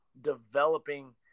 developing